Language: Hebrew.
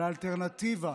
אלא אלטרנטיבה,